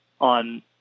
on